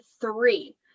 three